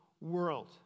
world